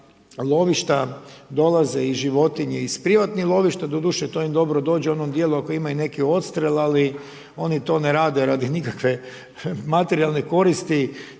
lovišta dolaze i životinje iz privatnih lovišta, doduše to im dobro dođe u onom dijelu ako imaju neki odstrel ali oni to ne rade radi nikakve materijalne koristi